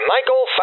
Michael